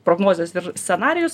prognozes ir scenarijus